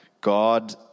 God